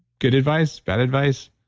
good advice? bad advice?